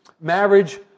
marriage